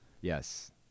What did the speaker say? Yes